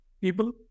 people